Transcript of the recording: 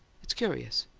it's curious.